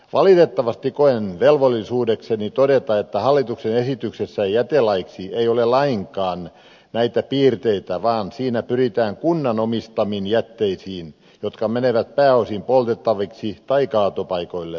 valitettavasti koen velvollisuudekseni todeta että hallituksen esityksessä jätelaiksi ei ole lainkaan näitä piirteitä vaan siinä pyritään kunnan omistamiin jätteisiin jotka menevät pääosin poltettaviksi tai kaatopaikoille